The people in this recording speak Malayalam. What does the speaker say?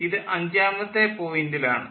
ഇത് അഞ്ചാമത്തെ പോയിൻ്റിൽ ആണ്